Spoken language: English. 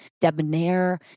debonair